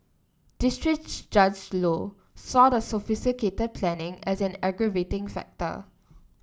district Judge Low saw the sophisticated planning as an aggravating factor